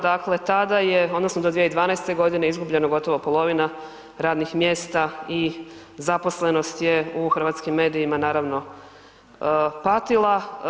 Dakle, tada je odnosno do 2012. godine izgubljeno gotovo polovina radnih mjesta i zaposlenost je u hrvatskim medijima naravno patila.